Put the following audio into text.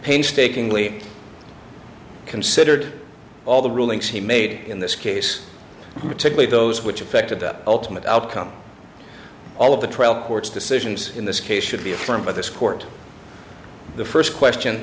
painstakingly considered all the rulings he made in this case particularly those which affected the ultimate outcome all of the trial court's decisions in this case should be affirmed by this court the first question